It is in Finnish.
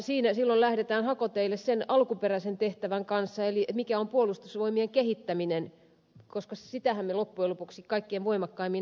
silloin lähdetään hakoteille sen alkuperäisen tehtävän kanssa eli sen mikä on puolustusvoimien kehittäminen koska sitähän me loppujen lopuksi kaikkein voimakkaimmin haemme